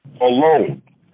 alone